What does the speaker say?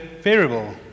variable